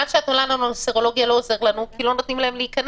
מה שאת עונה לנו על סרולוגיה לא עוזר לנו כי לא נותנים להם להיכנס.